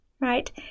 Right